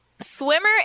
Swimmer